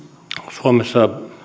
suomessa